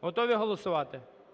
Готові голосувати?